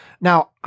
Now